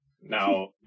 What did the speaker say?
Now